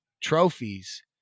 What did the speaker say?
trophies